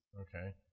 Okay